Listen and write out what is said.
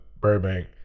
Burbank